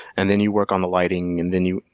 and then you work on the lighting, and then you,